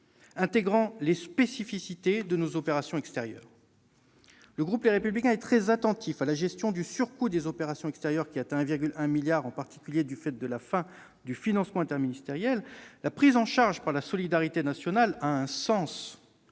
intégrant les spécificités de nos opérations extérieures. Le groupe Les Républicains est très attentif à la gestion du surcoût des OPEX, qui atteint 1,1 milliard d'euros, en particulier du fait de la fin du financement interministériel. La prise en charge par la solidarité nationale a un sens ; c'est